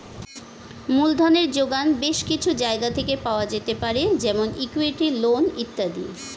মূলধনের জোগান বেশ কিছু জায়গা থেকে পাওয়া যেতে পারে যেমন ইক্যুইটি, লোন ইত্যাদি